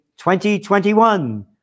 2021